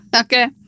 Okay